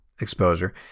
exposure